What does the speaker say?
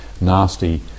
nasty